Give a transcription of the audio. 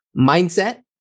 Mindset